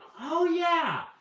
oh, yeah!